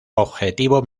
objetivo